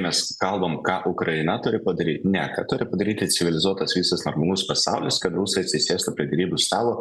mes kalbam ką ukraina turi padaryt ne ką turi padaryti civilizuotas visas normalus pasaulis kad rusai atsisėstų prie derybų stalo